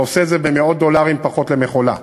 אתה עושה את זה במאות דולרים פחות למכולה,